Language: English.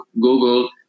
Google